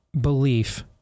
belief